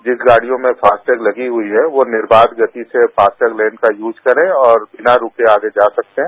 जिस गाड़ियों में फास्टैग लगी हुई है वह निर्वाध गति से फास्ट लेन का यूज करें और बिना रुके आगे जा सकते हैं